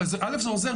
זה עוזר,